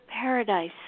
paradise